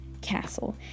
castle